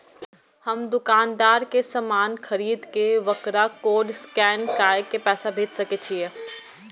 हम दुकानदार के समान खरीद के वकरा कोड स्कैन काय के पैसा भेज सके छिए?